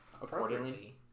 accordingly